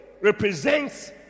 represents